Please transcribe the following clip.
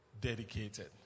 dedicated